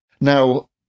Now